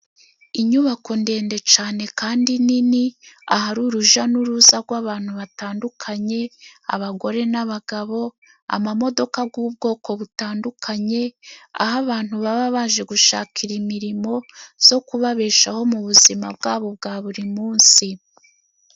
Inyubako ndende cane kandi nini, ahari uruja n'uruza gw'abantu batandukanye abagore n'abagabo, amamodoka gw'ubwoko butandukanye, aho abantu baba baje gushakira imirimo zo kubabeshaho mu buzima bwabo bwa buri munsi.